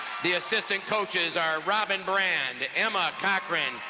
the assistant coaches are robin brand, emma cochrane,